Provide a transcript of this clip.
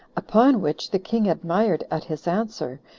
upon which the king admired at his answer,